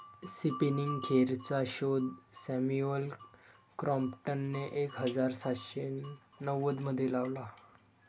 spinning खेचरचा शोध Samuel क्रॉम्प्टनने एक हजार सातशे नव्वदमध्ये लावला